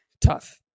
Tough